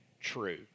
true